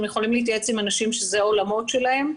אתם יכולים להתייעץ עם אנשים שזה העולמות שלהם,